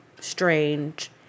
strange